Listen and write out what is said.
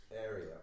area